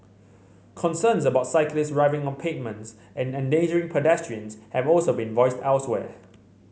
concerns about cyclists riding on pavements and endangering pedestrians have also been voiced elsewhere